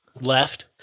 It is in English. left